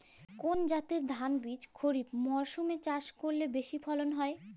কোন জাতের ধানবীজ খরিপ মরসুম এ চাষ করলে বেশি ফলন হয়?